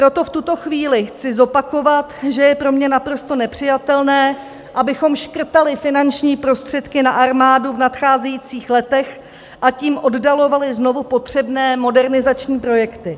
Proto v tuto chvíli chci zopakovat, že je pro mě naprosto nepřijatelné, abychom škrtali finanční prostředky na armádu v nadcházejících letech, a tím oddalovali znovu potřebné modernizační projekty.